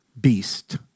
beast